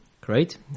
great